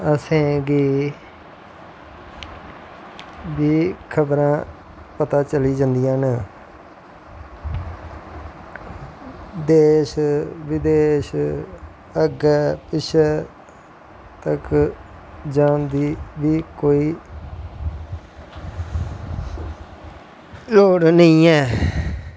असेंगी खबरां पता चली जंदियां न देश विदेश अग्गैं पिच्छैं तक जान दी बी कोई लोड़ नेंई ऐ